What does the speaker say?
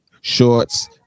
shorts